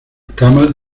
camas